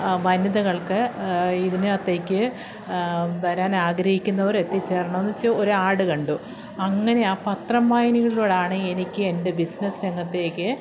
വനിതകൾക്ക് ഇതിനകത്തേക്ക് വരാനാഗ്രഹിക്കുന്നവർ എത്തിച്ചേരണമെന്നു വെച്ച് ഒരു ആഡ് കണ്ടു അങ്ങനെ ആ പത്രം വായനയിലൂടെയാണ് എനിക്ക് എൻ്റെ ബിസിനസ്സ് രംഗത്തേക്ക്